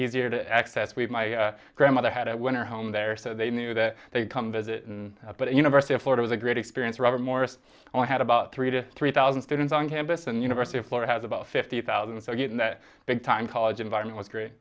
easier to access weed my grandmother had a winter home there so they knew that they'd come visit and but a university of florida was a great experience robert morris only had about three to three thousand students on campus and university of florida has about fifty thousand so getting that big time college environment was great